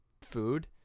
food